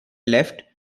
left